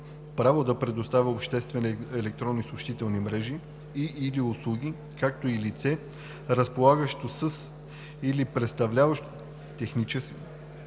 право да предоставя обществени електронни съобщителни мрежи и/или услуги, както и лице, разполагащо със или предоставящо техническа,